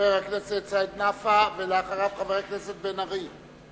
חבר הכנסת סעיד נפאע, ואחריו, חבר הכנסת בן-ארי.